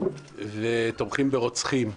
תומכים ברוצחים,